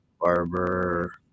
Barber